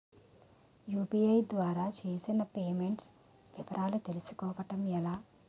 UPI ద్వారా చేసిన payments వివరాలు తెలుసుకోవటం ఎలా?